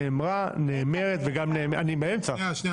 נאמרה, נאמרת וגם --- איתן --- אני באמצע.